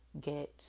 Get